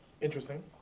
interesting